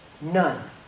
none